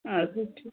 اَدٕ حظ ٹھیٖک